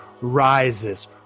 rises